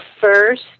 first